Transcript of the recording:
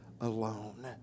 Alone